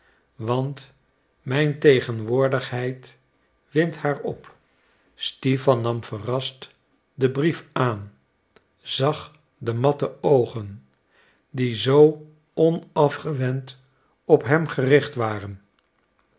want mijn tegenwoordigheid windt haar op stipan nam verrast den brief aan zag de matte oogen die zoo onafgewend op hem gericht waren